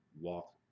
walk